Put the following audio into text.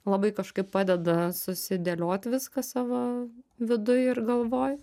labai kažkaip padeda susidėliot viską savo viduj ir galvoj